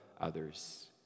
others